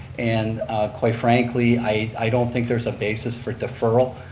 and quite frankly, i don't think there's a basis for deferral.